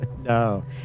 No